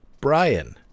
Brian